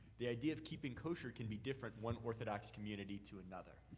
the idea of keeping kosher can be different one orthodox community to another.